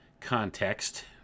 context